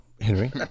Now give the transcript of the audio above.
Henry